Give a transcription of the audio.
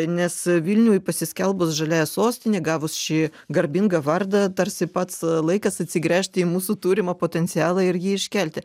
nes vilniuj pasiskelbus žaliąja sostine gavus šį garbingą vardą tarsi pats laikas atsigręžti į mūsų turimą potencialą ir jį iškelti